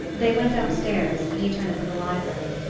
they went upstairs, and he turned into the library.